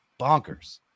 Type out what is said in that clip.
bonkers